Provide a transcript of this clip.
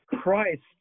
Christ